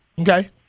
Okay